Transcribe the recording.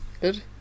good